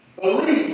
Believe